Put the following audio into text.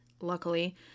luckily